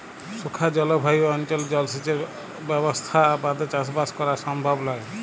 শুখা জলভায়ু অনচলে জলসেঁচের ব্যবসথা বাদে চাসবাস করা সমভব লয়